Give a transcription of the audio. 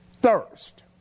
thirst